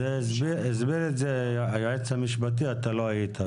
הסביר את זה היועץ המשפטי, אתה לא היית.